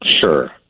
Sure